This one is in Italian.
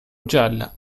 gialla